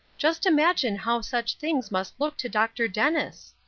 just imagine how such things must look to dr. dennis!